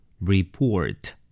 Report